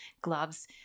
gloves